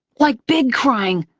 like big crying,